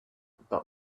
but